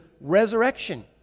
resurrection